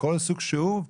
מכל סוג שהוא,